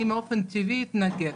באופן טבעי אני אתנגד,